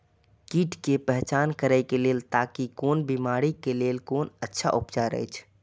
कीट के पहचान करे के लेल ताकि कोन बिमारी के लेल कोन अच्छा उपचार अछि?